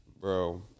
bro